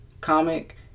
comic